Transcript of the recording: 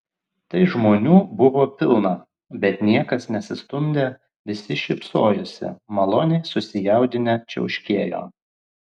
tai žmonių buvo pilna bet niekas nesistumdė visi šypsojosi maloniai susijaudinę čiauškėjo